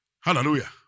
Hallelujah